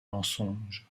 mensonges